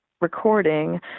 recording